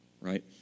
right